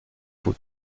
août